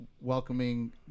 welcoming